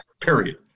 period